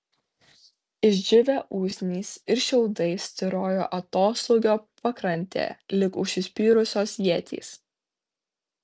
išdžiūvę usnys ir šiaudai styrojo atoslūgio pakrantėje lyg užsispyrusios ietys